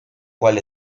cual